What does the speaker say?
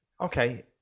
Okay